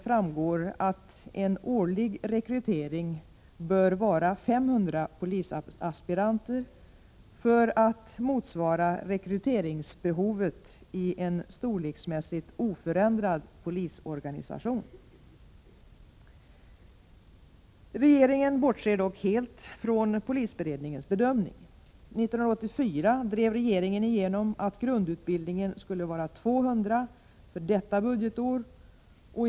framgår att den årliga rekryteringen bör vara 500 polisaspiranter för att motsvara rekryteringsbehovet i en storleksmässigt oförändrad polisorganisation. Regeringen bortser dock helt från polisberedningens bedömning. 1984 drev regeringen igenom att grundutbildningen skulle omfatta 200 aspiranter för detta budgetår.